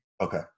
Okay